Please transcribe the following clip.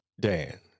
Dan